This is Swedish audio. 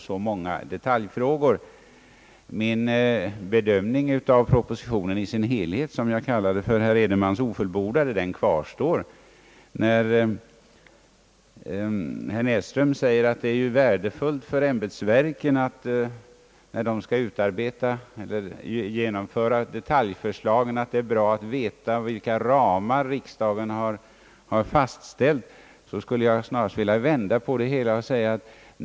Jag tycker mig ha kunnat skönja skalden Stellan Arvidsons hand bakom utformningen. Jag har t.o.m. även en gång tidigare tilllåtit mig att citera det i denna kammare.